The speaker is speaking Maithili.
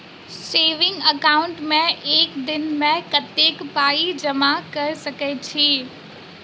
सेविंग एकाउन्ट मे एक दिनमे कतेक पाई जमा कऽ सकैत छी?